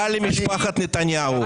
בא למשפחת נתניהו,